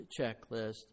checklist